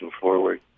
forward